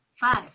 Five